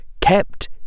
kept